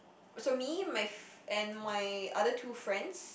so me my and my other two friends